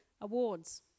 Awards